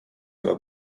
seda